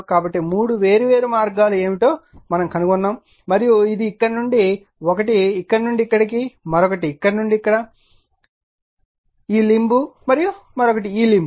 కాబట్టి మూడు వేర్వేరు మార్గాలు ఏమిటో మేము కనుగొన్నాము మరియు ఇది ఇక్కడ నుండి ఒకటి ఇక్కడ నుండి ఇక్కడికి మరొకటి ఇక్కడ ఈ లింబ్ మరియు మరొకటి ఈ లింబ్